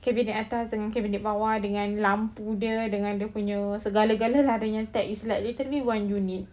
cabinet atas dengan cabinet bawah dengan lampu dia dengan dia punya segala-gala lah dia punya there is literally one unit